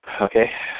Okay